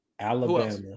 Alabama